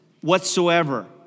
whatsoever